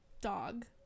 dog